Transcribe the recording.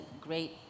great